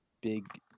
big